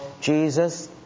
Jesus